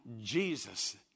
Jesus